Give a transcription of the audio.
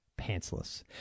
pantsless